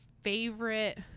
favorite –